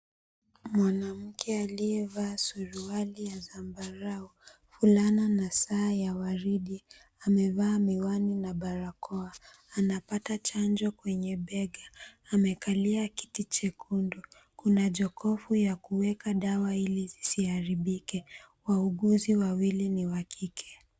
Mwanamke aliyevaa suruali ya zambarau, fulana na saa ya waridi, amevaa miwani na barakoa. Anapata chanjo kwenye bega, amekalia kiti chekundu. Kuna jokofu ya kuweka dawa, ili zisiharibike. Wauguzi wawili ni wa kike.